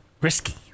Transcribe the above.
risky